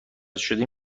شدیم